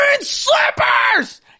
slippers